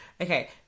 Okay